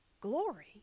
Glory